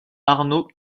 arnaud